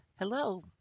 Hello